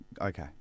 Okay